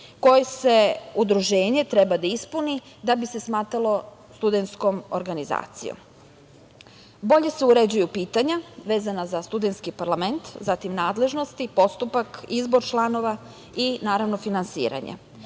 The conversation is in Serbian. koje udruženje treba da ispuni da bi se smatralo studentskom organizacijom. Bolje se uređuju pitanja vezana za studentski parlament, zatim nadležnosti, postupak, izbor članova i, naravno, finansiranje.